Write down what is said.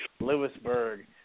Lewisburg